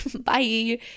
bye